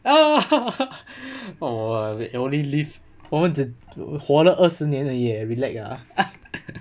oh !wah! we only live for 我们只活了二十年而已 eh relax ah